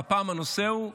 והפעם הנושא הוא ביטחוני: